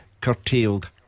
curtailed